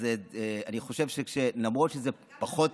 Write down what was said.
אז אני חושב שלמרות שזה פחות